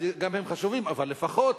גם הם חשובים, אבל לפחות